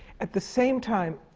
at the same time,